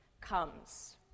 comes